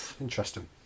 interesting